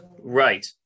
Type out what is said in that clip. Right